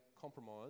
compromise